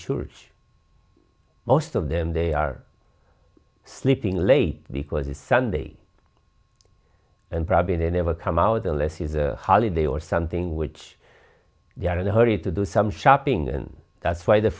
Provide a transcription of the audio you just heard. church most of them they are sleeping late because it's sunday and probably they never come out unless he's a holiday or something which they are in a hurry to do some shopping and that's why the